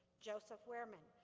joseph wehrman,